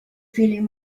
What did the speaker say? feeling